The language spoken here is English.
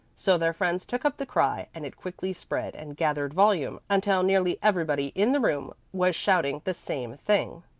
so their friends took up the cry, and it quickly spread and gathered volume, until nearly everybody in the room was shouting the same thing.